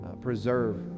preserve